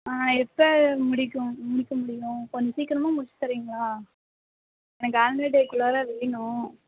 ஆ எப்போ முடிக்கும் முடிக்க முடியும் கொஞ்சம் சீக்கிரமாக முடிச்சு தரீங்களா எனக்கு ஆன்வல் டேக்குள்ளாற வேணும்